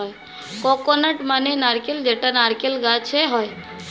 coconut মানে নারকেল যেটা নারকেল গাছে হয়